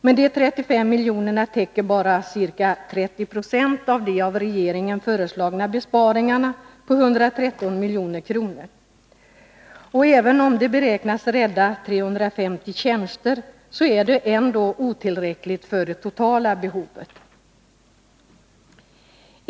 Men de 35 miljonerna täcker bara ca 30 96 av de av regeringen föreslagna besparingarna på 113 milj.kr. Även om de beräknas rädda 350 tjänster, är det otillräckligt för det totala behovet.